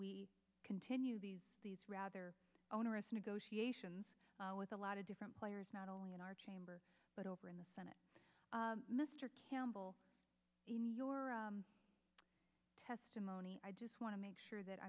we continue these these rather onerous negotiations with a lot of different players not only in our chamber but over in the senate mr campbell in your testimony i just want to make sure that